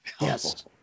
Yes